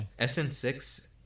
SN6